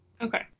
Okay